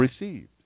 received